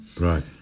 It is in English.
Right